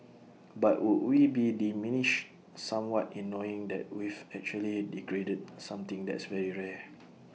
but would we be diminished somewhat in knowing that we've actually degraded something that's very rare